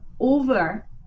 Over